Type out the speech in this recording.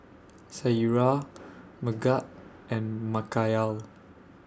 Syirah Megat and Mikhail